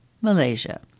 Malaysia